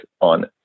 on